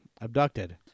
abducted